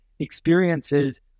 experiences